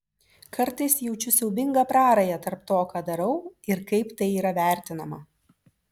kartais jaučiu siaubingą prarają tarp to ką darau ir kaip tai yra vertinama